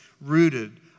rooted